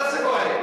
אתה מה-זה טועה.